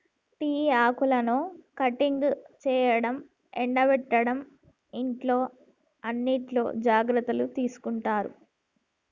tea ఆకులను cutting చేయడం, ఎండపెట్టడం ఇట్లా అన్నిట్లో జాగ్రత్తలు తీసుకుంటారు